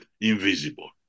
invisible